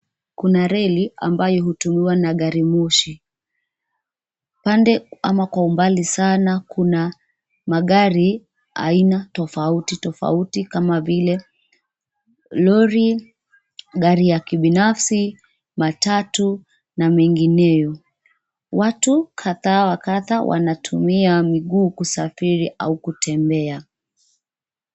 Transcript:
Kuna reli ambayo hutumiwa na gari moshi. Pande ama kwa ubali sana kuna magari aina tofauti tofauti kama vile lori, gari ya kibinafsi, matatu na mengineo. Watu kadhaa wa kadha wanatumia miguu kusafiri au kutembea.